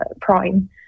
Prime